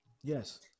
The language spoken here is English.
Yes